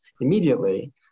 immediately